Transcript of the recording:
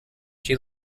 she